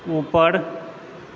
ऊपर